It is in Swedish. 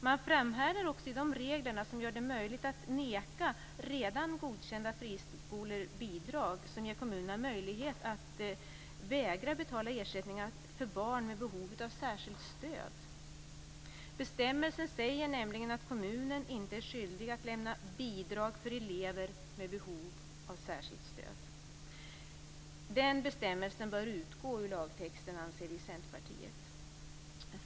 Man framhärdar också i de regler som gör det möjligt att neka redan godkända fristående skolor bidrag och som ger kommunerna möjlighet att vägra betala ersättningar för barn med behov av särskilt stöd. Bestämmelsen säger nämligen att kommunen inte är skyldig att lämna bidrag för elever med behov av särskilt stöd. Den bestämmelsen bör utgå ur lagtexten, anser vi i Centerpartiet.